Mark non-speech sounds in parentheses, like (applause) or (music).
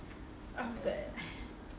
of that (noise)